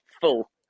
full